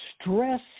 stress